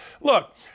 Look